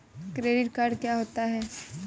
Credit card क्या होता है?